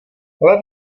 lev